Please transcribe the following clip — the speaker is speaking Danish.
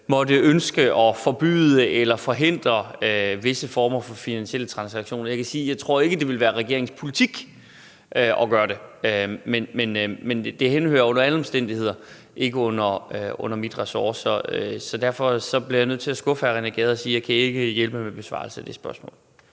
måtte ønske at forbyde eller forhindre visse former for finansielle transaktioner. Jeg kan sige, at jeg ikke tror, at det vil være regeringens politik at gøre det, men det henhører under alle omstændigheder ikke under mit ressort. Så derfor bliver jeg nødt til at skuffe hr. René Gade og sige, at jeg ikke kan hjælpe med besvarelsen af det spørgsmål.